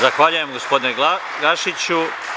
Zahvaljujem, gospodine Gašiću.